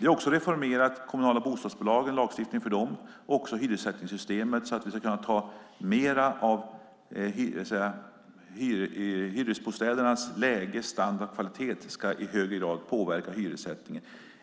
Vi har också reformerat lagstiftningen för de kommunala bostadsbolagen och hyressättningssystemet. Hyresbostädernas läge, standard och kvalitet ska i högre grad påverka hyressättningen.